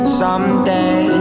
someday